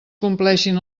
compleixin